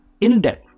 in-depth